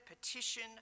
petition